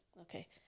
Okay